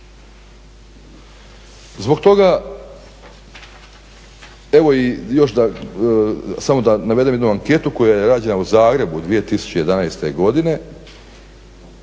Zbog toga evo još samo da navedem jednu anketu koja je rađena u Zagrebu 2011. godine,